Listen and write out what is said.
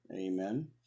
amen